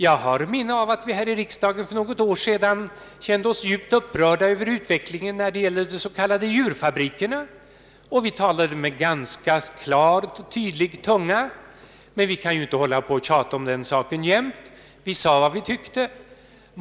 Jag har ett minne av att vi här i riksdagen för något år sedan kände oss djupt upprörda över utvecklingen av de s.k. djurfabrikerna, och vi talade med ganska klar och tydlig tunga, men vi kan ju inte hålla på och tjata om den saken jämt. Vi sade vad vi tyckte.